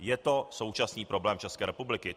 Je to současný problém České republiky.